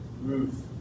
Ruth